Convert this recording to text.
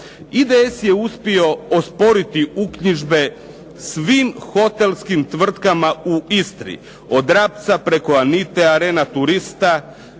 IDS je uspio osporiti uknjižbe svim hotelskim tvrtkama u Istri od Rapca preko Anite, Arenaturista,